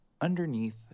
underneath